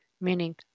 meaning